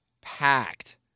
Packed